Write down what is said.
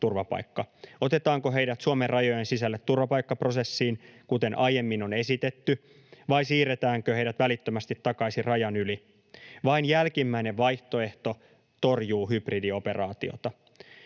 Otetaanko heidät Suomen rajojen sisälle turvapaikkaprosessiin, kuten aiemmin on esitetty, vai siirretäänkö heidät välittömästi takaisin rajan yli? Vain jälkimmäinen vaihtoehto torjuu hybridioperaatiota.